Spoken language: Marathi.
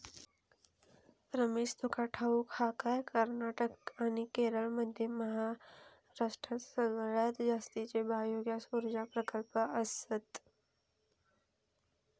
रमेश, तुका ठाऊक हा काय, कर्नाटक आणि केरळमध्ये महाराष्ट्रात सगळ्यात जास्तीचे बायोगॅस ऊर्जा प्रकल्प आसत